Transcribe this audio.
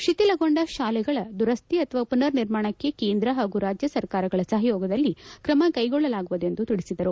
ಶಿಥಿಲಗೊಂಡ ಶಾಲೆಗಳ ದುರಸ್ತಿ ಅಥವಾ ಮನರ್ ನಿರ್ಮಾಣಕ್ಕೆ ಕೇಂದ್ರ ಹಾಗೂ ರಾಜ್ಯ ಸರ್ಕಾರಗಳ ಸಹಯೋಗದಲ್ಲಿ ಕ್ರಮ ಕೈಗೊಳ್ಳಲಾಗುವುದು ಎಂದು ತಿಳಿಸಿದರು